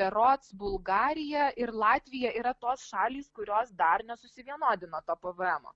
berods bulgarija ir latvija yra tos šalys kurios dar ne susivienodino to pvemo